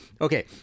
okay